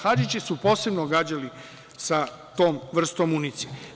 Hadžiće su posebno gađali sa tom vrstom municije.